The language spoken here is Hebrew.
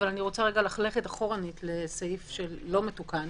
אבל אני רוצה רגע ללכת אחורה לסעיף שלא מתוקן,